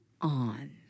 on